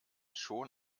schon